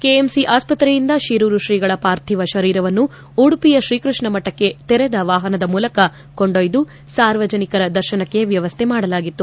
KMC ಆಸ್ಪತ್ರೆಯಿಂದ ಶಿರೂರು ಶ್ರೀಗಳ ಪಾರ್ಥಿವ ಶರೀರವನ್ನು ಉಡುಪಿಯ ಶ್ರೀಕೃಷ್ಷಮಠಕ್ಕೆ ತೆರೆದ ವಾಹನದ ಮೂಲಕ ಕೊಂಡೊಯ್ದು ಸಾರ್ವಜನಿಕರ ದರ್ಶನಕ್ಕೆ ವ್ಯವಸ್ಥೆ ಮಾಡಲಾಗಿತ್ತು